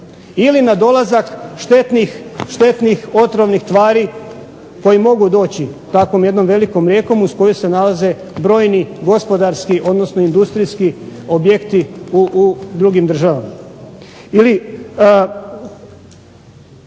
Ili na dolazak štetnih otrovnih tvari koji mogu doći takvom jednom velikom rijekom uz koju se nalaze brojni gospodarski, odnosno industrijski objekti u drugim državama. Ili